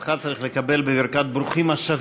אותך צריך לקבל בברכת ברוכים השבים.